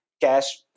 cash